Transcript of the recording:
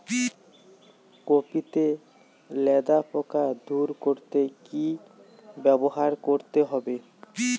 Copy তে লেদা পোকা দূর করতে কি ব্যবহার করতে হবে?